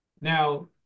Now